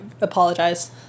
apologize